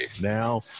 now